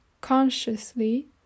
consciously